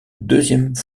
deuxième